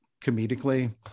comedically